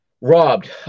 Robbed